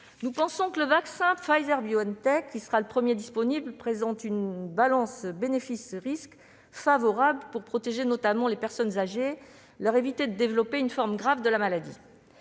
Nous pensons que le vaccin Pfizer-BioNTech, qui sera le premier disponible, présente une balance bénéfices-risques favorable, pour protéger notamment les personnes âgées en leur évitant de développer une forme grave de la maladie.